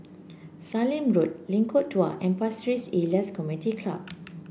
Sallim Road Lengkong Dua and Pasir Ris Elias Community Club